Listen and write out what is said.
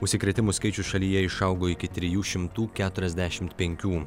užsikrėtimų skaičius šalyje išaugo iki trijų šimtų keturiasdešimt penkių